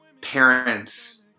parents